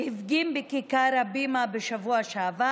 שהפגין בכיכר הבימה בשבוע שעבר.